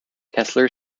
kessler